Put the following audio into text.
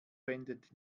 wendet